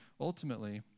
Ultimately